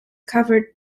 covered